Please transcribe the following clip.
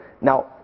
Now